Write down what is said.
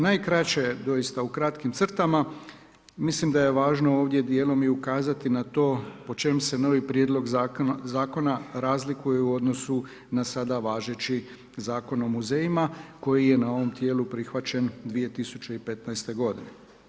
Najkraće doista u kratkim crtama mislim da je važno ovdje dijelom i ukazati na to po čem se novi prijedlog zakona razlikuje u odnosu na sada važeći Zakon o muzejima koji je na ovom tijelu prihvaćen 2015. godine.